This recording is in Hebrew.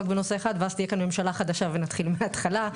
בנושא אחד ואז תהיה כאן ממשלה חדשה ונתחיל מההתחלה.